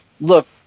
look